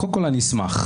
קודם כול, אני אשמח.